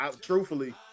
Truthfully